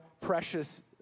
precious